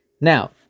Now